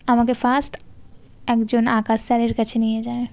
আমাকে ফার্স্ট একজন আঁকার স্যারের কাছে নিয়ে যায়